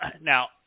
Now